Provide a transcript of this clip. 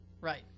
Right